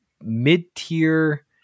mid-tier